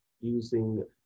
using